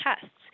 tests